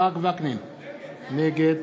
נגד